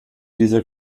dieser